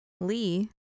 Lee